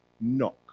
knock